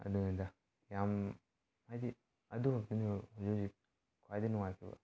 ꯑꯗꯨꯅꯤꯗ ꯌꯥꯝ ꯍꯥꯏꯗꯤ ꯑꯗꯨ ꯈꯛꯇꯅꯤꯕ ꯍꯧꯖꯤꯛ ꯍꯧꯖꯤꯛ ꯈ꯭ꯋꯥꯏꯗꯒꯤ ꯅꯨꯡꯉꯥꯏꯈꯤꯕ